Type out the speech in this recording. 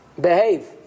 behave